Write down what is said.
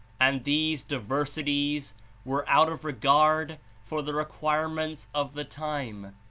and these diversities were out of regard for the re quirements of the time,